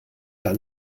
gar